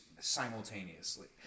simultaneously